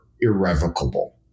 irrevocable